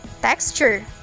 Texture